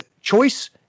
choice